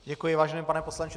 Děkuji, vážený pane poslanče.